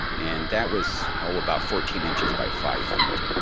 and that was ah about fourteen inches by five feet.